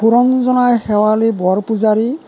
Suranjana Sewali Borpujari